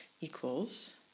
equals